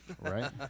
Right